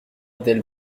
del